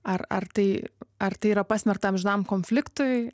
ar ar tai ar tai yra pasmerkta amžinam konfliktui